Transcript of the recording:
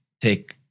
take